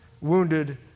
Wounded